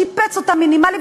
שיפץ אותן מינימלית,